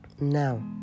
Now